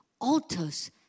Altars